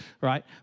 right